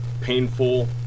painful